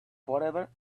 forever